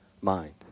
mind